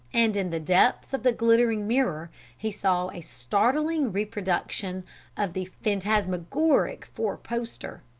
and in the depths of the glittering mirror he saw a startling reproduction of the phantasmagoric four-poster.